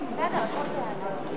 סעיפים 1 5 נתקבלו.